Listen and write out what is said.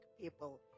people